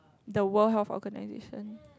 the world health organisation